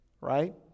right